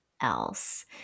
else